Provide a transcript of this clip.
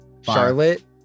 Charlotte